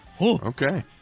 Okay